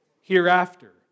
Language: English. hereafter